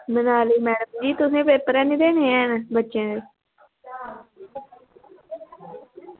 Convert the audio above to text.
Manali madam ji तुसें paper निं देने हैन बच्चें दे